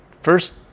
first